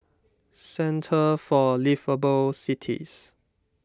Centre for Liveable Cities